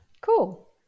Cool